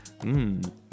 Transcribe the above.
Mmm